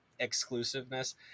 exclusiveness